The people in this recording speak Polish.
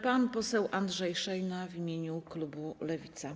Pan poseł Andrzej Szejna w imieniu klubu Lewica.